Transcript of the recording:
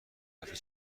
دفعه